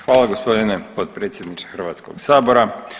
Hvala gospodine potpredsjedniče Hrvatskog sabora.